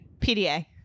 PDA